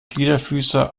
gliederfüßer